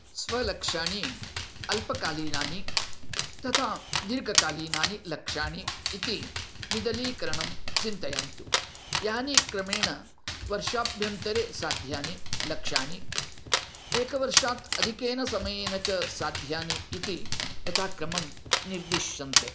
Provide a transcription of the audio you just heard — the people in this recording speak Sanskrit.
स्वलक्ष्याणि अल्पकालीनानि तथा दीर्घकालीनानि लक्ष्याणि इति विदलीकरणं चिन्तयन्तु यानि क्रमेण वर्षाभ्यन्तरे साध्यानि लक्ष्याणि एकवर्षात् अधिकेन समयेन च साध्यानि इति यथाक्रमं निर्दिश्यन्ते